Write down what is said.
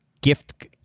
gift